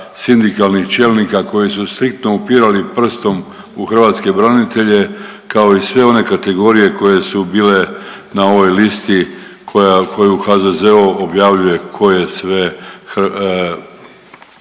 sindikalnih čelnika koji su striktno upirali prstom u hrvatske branitelje kao i sve ne kategorije koje su bile na ovoj listi koju HZZO objavljuje koje sve